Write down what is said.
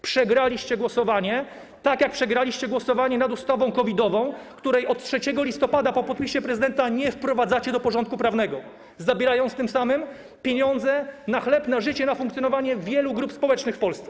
Przegraliście głosowanie, tak jak przegraliście głosowanie nad ustawą COVID-ową, której od 3 listopada po podpisie prezydenta nie wprowadzacie do porządku prawnego, zabierając tym samym pieniądze na chleb, na życie, na funkcjonowanie wielu grup społecznych w Polsce.